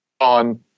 on